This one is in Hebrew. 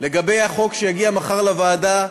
לגבי החוק שיגיע מחר לוועדה,